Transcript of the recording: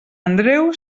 andreu